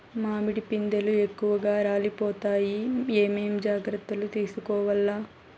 మామిడి పిందెలు ఎక్కువగా రాలిపోతాయి ఏమేం జాగ్రత్తలు తీసుకోవల్ల?